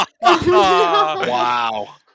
Wow